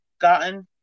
gotten